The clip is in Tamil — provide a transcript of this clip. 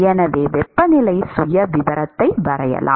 எனவே வெப்பநிலை சுயவிவரத்தை வரையலாம்